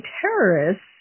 terrorists